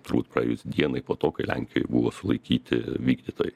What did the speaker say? turbūt praėjus dienai po to kai lenkijoj buvo sulaikyti vykdytojai